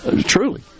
Truly